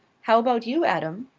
how about you, adam?